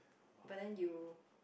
but then you